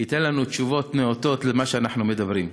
הוא ייתן לנו תשובות נאותות למה שאנחנו מדברים.